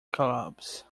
clubs